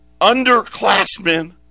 underclassmen